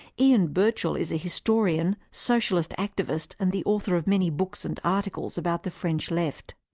ian birchall is a historian, socialist activist and the author of many books and articles about the french left.